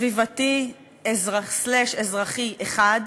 סביבתי/אזרחי אחד.